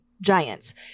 giants